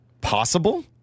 Possible